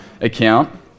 account